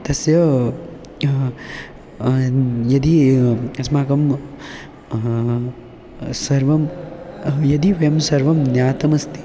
तस्य यदि अस्माकं सर्वं यदि वयं सर्वं ज्ञातमस्ति